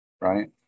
right